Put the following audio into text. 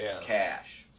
cash